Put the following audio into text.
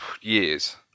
years